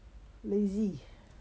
lazy